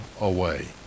away